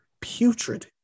putrid